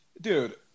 dude